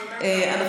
גברתי היושב-ראש,